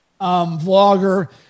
vlogger